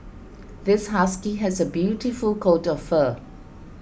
this husky has a beautiful coat of fur